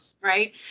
Right